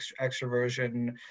extroversion